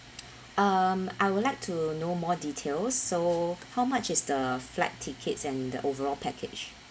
um I would like to know more details so how much is the flight tickets and the overall package